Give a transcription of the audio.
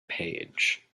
page